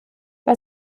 bei